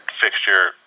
fixture